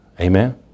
Amen